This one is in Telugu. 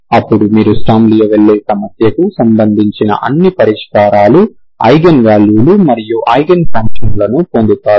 అప్పుడు మీరు స్టర్మ్ లియోవిల్లే సమస్యకు సంబంధించిన అన్ని పరిష్కారాలు ఐగెన్ వాల్యూలు మరియు ఐగెన్ ఫంక్షన్లను పొందుతారు